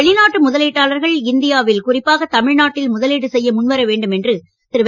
வெளிநாட்டு முதலீட்டாளர்கள் இந்தியாவில் குறிப்பாக தமிழ்நாட்டில் முதலீடு செய்ய முன்வர வேண்டும் என்று குடியரசுத் துணை தலைவர் திரு